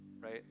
right